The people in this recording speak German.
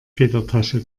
federtasche